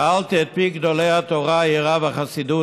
שאלתי את פי גדולי התורה היראה והחסידות,